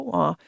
og